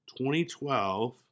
2012